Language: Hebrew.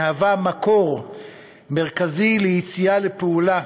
מהווה מקור מרכזי ליציאה לפעולה